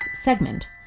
segment